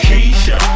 Keisha